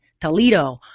Toledo